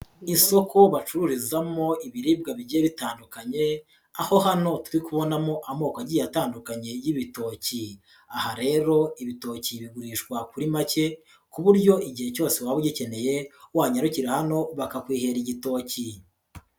Isoko bacururizamo ibiribwa bigiye bitandukanye aho hano turi kubonamo amoko agiye atandukanye y'ibitoki, aha rero ibitoki bigurishwa kuri make ku buryo igihe cyose waba ugikeneye wanyarukira hano bakakwihera igitoki.